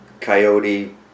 coyote